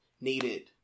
needed